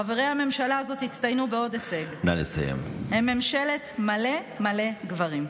חברי הממשלה הזאת הצטיינו בעוד הישג: הם ממשלת מלא מלא גברים.